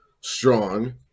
Strong